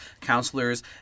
counselors